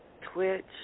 Twitch